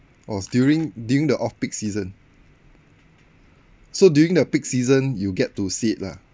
oh during during the off-peak season so during the peak season you get to see it lah